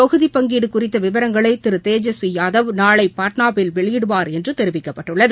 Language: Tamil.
தொகுதிப் பங்கீடு குறித்த விவரங்களை திரு தேஜஸ்வி யாதவ் நாளை பாட்னாவில் வெளியிடுவார் என்று தெரிவிக்கப்பட்டுள்ளது